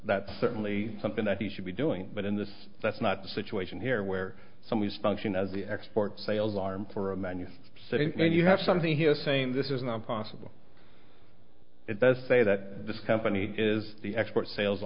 that's certainly something that he should be doing but in this that's not the situation here where someone is function as the export sales arm for a manual setting and you have something here saying this is not possible it does say that this company is the export sales